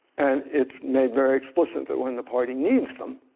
and it's made very explicit that when the party needs them,